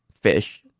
fish